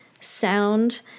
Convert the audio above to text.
sound